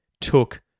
took